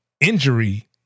injury